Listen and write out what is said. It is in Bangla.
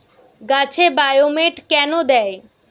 গাছে বায়োমেট কেন দেয়?